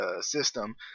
system